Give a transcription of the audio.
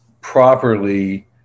properly